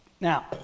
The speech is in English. now